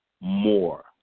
more